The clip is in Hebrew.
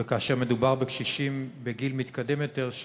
וכאשר מדובר בקשישים בגיל מתקדם יותר,